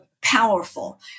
powerful